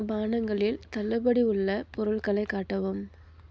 பானங்களில் தள்ளுபடி உள்ள பொருட்களை காட்டவும்